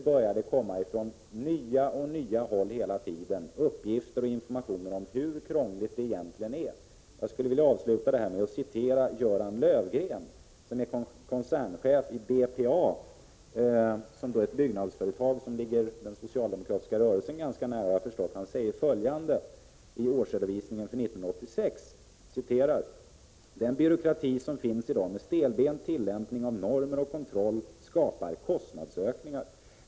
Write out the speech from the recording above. Men det kommer hela tiden från nya håll uppgifter och information om hur krångligt det egentligen är. Jag skulle vilja avsluta mitt anförande med att citera Göran Lövgren som är koncernchef i BPA, ett byggnadsföretag som ligger den socialdemokratis ka rörelsen ganska nära. Han säger följande i årsredovisningen för 1986: — Prot. 1986/87:132 ”Den byråkrati som finns i dag med stelbent tillämpning av normer och 27 maj 1987 kontroll skapar kostnadsökningar.